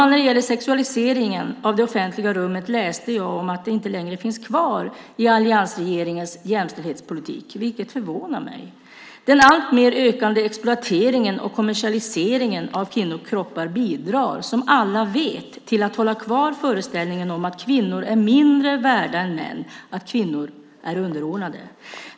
Jag läste att frågan om sexualiseringen av det offentliga rummet inte längre finns kvar i alliansregeringens jämställdhetspolitik. Det förvånar mig. Den alltmer ökande exploateringen och kommersialiseringen av kvinnors kroppar bidrar som alla vet till att hålla kvar föreställningen om att kvinnor är mindre värda än män, att kvinnor är underordnade.